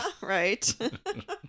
Right